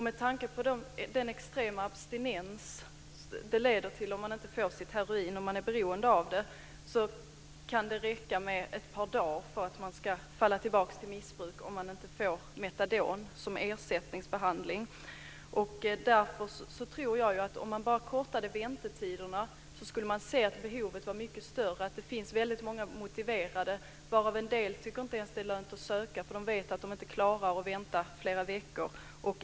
Med tanke på den extrema abstinens det leder till om man inte får sitt heroin när man är beroende av det kan det räcka med ett par dagar för att man ska falla tillbaka i missbruk om man inte får metadon som ersättningsbehandling. Därför tror jag att om man bara kortade väntetiderna skulle man se att behovet var mycket större. Det finns väldigt många motiverade, varav en del inte ens tycker att det är lönt att söka för de vet att de inte klarar att vänta i flera veckor.